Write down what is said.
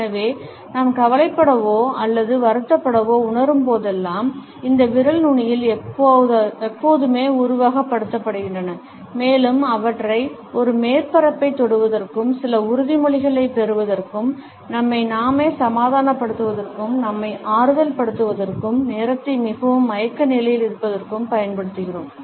எனவே நாம் கவலைப்படவோ அல்லது வருத்தப்படவோ உணரும்போதெல்லாம் இந்த விரல் நுனிகள் எப்போதுமே உருவகப்படுத்தப்படுகின்றன மேலும் அவற்றை ஒரு மேற்பரப்பைத் தொடுவதற்கும் சில உறுதிமொழிகளைப் பெறுவதற்கும் நம்மை நாமே சமாதானப்படுத்துவதற்கும் நம்மை ஆறுதல்படுத்துவதற்கும் நேரத்தை மிகவும் மயக்க நிலையில் இருப்பதற்கும் பயன்படுத்துகிறோம்